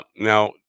Now